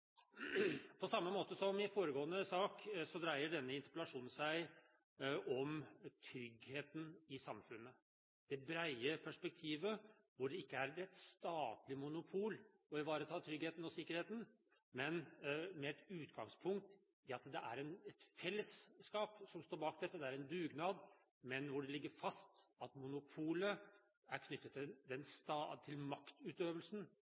På samme måte som i foregående sak dreier denne interpellasjonen seg om tryggheten i samfunnet – det brede perspektivet hvor det ikke er et statlig monopol å ivareta tryggheten og sikkerheten, men med utgangspunkt i at det er et fellesskap som står bak dette, det er en dugnad, men hvor det ligger fast at monopolet er knyttet til maktutøvelsen. Den